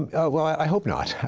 um well, i hope not,